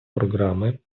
програми